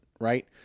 right